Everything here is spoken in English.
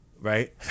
right